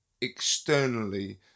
externally